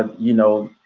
um you know,